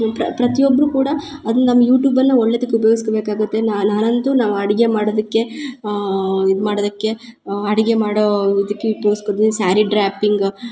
ಪ್ರ ಪ್ರತಿಯೊಬ್ಬರು ಕೂಡ ಅದು ನಮ್ಮ ಯೂಟ್ಯೂಬ್ ಎಲ್ಲ ಒಳ್ಳೆಯತಕ್ ಉಪ್ಯೋಗ್ಸ ಬೇಕಾಗತ್ತೆ ನಾನು ಅಂತು ನಾವು ಅಡ್ಗೆ ಮಾಡೋದಕ್ಕೆ ಇದು ಮಾಡದಕ್ಕೆ ಅಡ್ಗೆ ಮಾಡೋ ಇದ್ಕೆ ಉಪ್ಯೋಗಿಸ್ಕೊ ಸಾರಿ ಡ್ರ್ಯಾಪಿಂಗ್